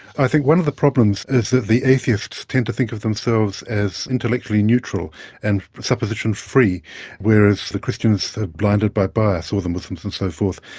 i think one of the problems is that the atheists tend to think of themselves as intellectually neutral and supposition-free whereas the christians are blinded by bias or the muslims and so forth.